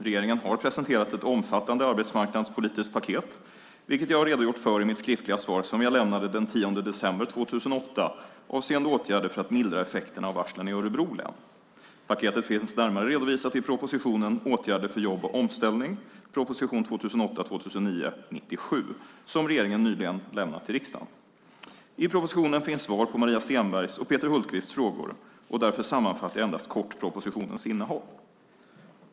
Regeringen har presenterat ett omfattande arbetsmarknadspolitiskt paket, vilket jag har redogjort för i mitt skriftliga svar som jag lämnade den 10 december 2008 avseende åtgärder för att mildra effekterna av varslen i Örebro län. Paketet finns närmare redovisat i propositionen Åtgärder för jobb och omställning som regeringen nyligen lämnat till riksdagen. I propositionen finns svar på Maria Stenbergs och Peter Hultqvists frågor, och därför sammanfattar jag endast kort propositionens innehåll.